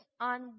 on